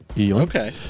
Okay